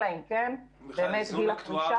אלא אם כן גיל הפרישה ישתנה.